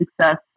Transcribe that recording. success